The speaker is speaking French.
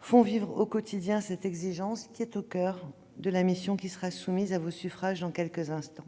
font vivre au quotidien cette exigence qui est au coeur de la mission qui sera soumise à vos suffrages dans quelques instants.